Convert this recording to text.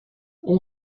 اون